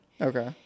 Okay